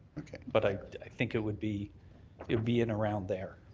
okay. but i think it would be it would be in around there.